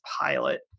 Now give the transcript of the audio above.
pilot